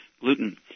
gluten